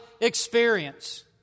experience